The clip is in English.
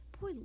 Boy